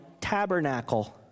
tabernacle